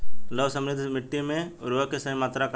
लौह समृद्ध मिट्टी में उर्वरक के सही मात्रा का होला?